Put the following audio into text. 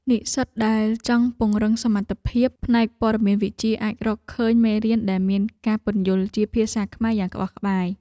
និស្សិតដែលចង់ពង្រឹងសមត្ថភាពផ្នែកព័ត៌មានវិទ្យាអាចរកឃើញមេរៀនដែលមានការពន្យល់ជាភាសាខ្មែរយ៉ាងក្បោះក្បាយ។